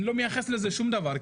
אני לא מייחס לזה שום דבר,